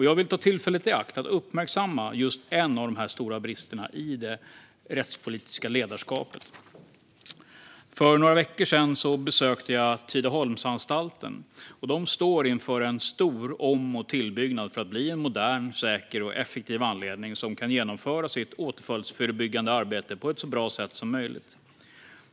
Jag vill ta tillfället i akt att uppmärksamma en av de stora bristerna i det rättspolitiska ledarskapet. För några veckor sedan besökte jag Tidaholmsanstalten. Den står inför en stor om och tillbyggnad för att bli en modern, säker och effektiv anläggning som kan genomföra sitt återfallsförebyggande arbete på ett så bra sätt som möjligt.